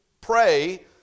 pray